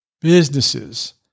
businesses